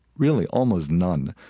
really, almost none.